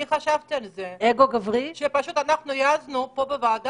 אני חשבתי על זה שאנחנו העזנו פה בוועדה